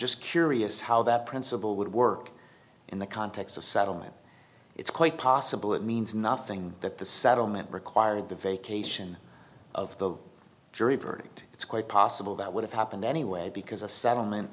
just curious how that principle would work in the context of settlement it's quite possible it means nothing that the settlement required the vacation of the jury verdict it's quite possible that would have happened anyway because a settlement